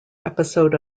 episode